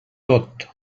tot